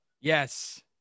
Yes